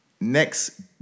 Next